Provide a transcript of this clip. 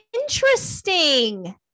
interesting